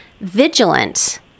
vigilant